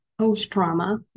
post-trauma